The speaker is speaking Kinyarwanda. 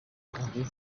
wanjye